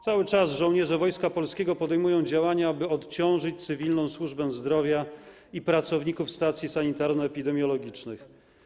Cały czas żołnierze Wojska Polskiego podejmują działania, by odciążyć cywilną służbę zdrowia i pracowników stacji sanitarno-epidemiologicznych.